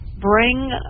Bring